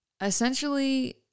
essentially